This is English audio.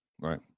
Right